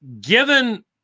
Given